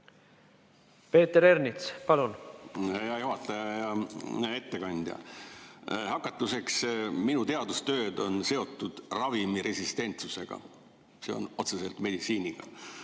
Peter Ernits, palun! Hea juhataja ja hea ettekandja! Hakatuseks, minu teadustööd on seotud ravimiresistentsusega, st otseselt meditsiiniga.